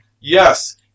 Yes